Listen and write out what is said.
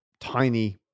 tiny